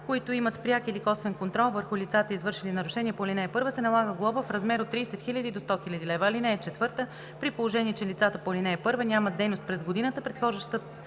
които имат пряк или косвен контрол върху лицата, извършили нарушение по ал. 1, се налага глоба в размер от 30 000 до 100 000 лв. (4) При положение че лицата по ал. 1 нямат дейност през годината, предхождаща